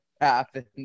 happen